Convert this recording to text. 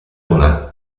una